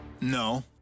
No